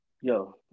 yo